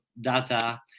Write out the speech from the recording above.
data